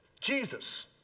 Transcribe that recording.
Jesus